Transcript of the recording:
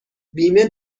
بیمه